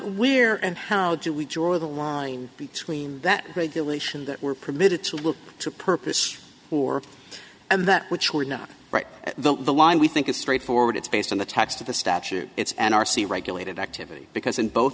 are and how do we draw the line between that regulation that were permitted to look to purpose or and that which were not right at the line we think is straightforward it's based on the text of the statute it's an r c regulated activity because in both